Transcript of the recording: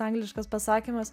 angliškas pasakymas